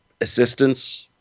assistance